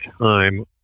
time